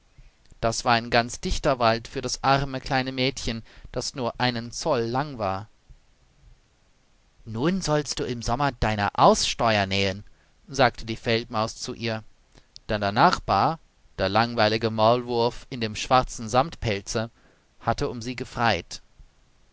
das war ein ganz dichter wald für das arme kleine mädchen das nur einen zoll lang war nun sollst du im sommer deine aussteuer nähen sagte die feldmaus zu ihr denn der nachbar der langweilige maulwurf in dem schwarzen samtpelze hatte um sie gefreit